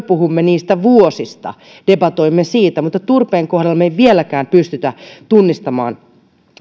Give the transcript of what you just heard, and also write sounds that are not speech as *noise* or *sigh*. *unintelligible* puhumme niistä vuosista debatoimme niistä mutta turpeen kohdalla me emme vieläkään pysty tunnistamaan